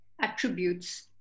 attributes